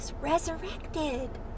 resurrected